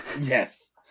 Yes